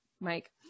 Mike